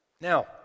Now